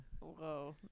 Whoa